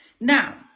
Now